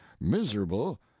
miserable